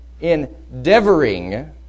endeavoring